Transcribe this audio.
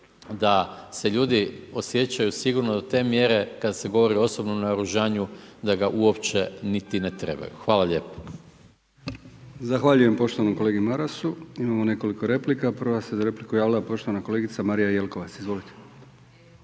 da se ljudi osjećaju sigurno do te mjere kada se govori o osobnom naoružanju da ga uopće niti ne trebaju. Hvala lijepo. **Brkić, Milijan (HDZ)** Zahvaljujem poštovanom kolegi Marasu. Imamo nekoliko replika. Prva se za repliku javila poštovana kolegica Marija Jelkovac. Izvolite.